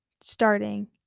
starting